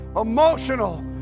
emotional